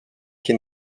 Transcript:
qui